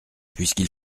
puisqu’il